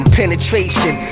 penetration